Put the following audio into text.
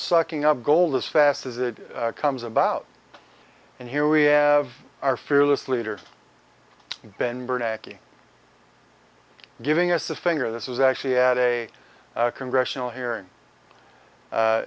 sucking up gold as fast as it comes about and here we have our fearless leader ben bernanke you giving us the finger this is actually at a congressional hearing